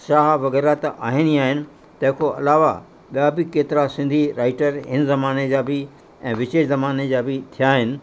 शाह वग़ैरह त आहिनि ई आहिनि तंहिंखां अलावा ॿिया बि केतिरा सिंधी राइटर इन ज़माने जा बि ऐं विशेष ज़माने जा बि थिया आहिनि